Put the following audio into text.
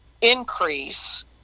increase